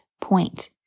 point